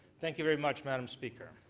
thank you very much, madam speaker.